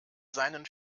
seinen